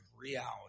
reality